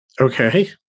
Okay